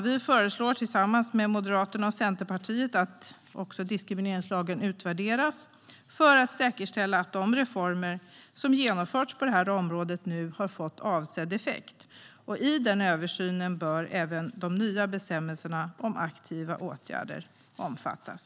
Vi föreslår tillsammans med Moderaterna och Centerpartiet att diskrimineringslagen utvärderas för att man ska säkerställa att de reformer som har genomförts på området har haft avsedd effekt. I den översynen bör även de nya bestämmelserna om aktiva åtgärder inkluderas.